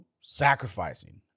sacrificing